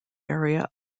area